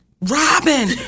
Robin